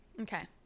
Okay